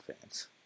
fans